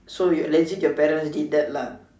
so you legit your parents did that lah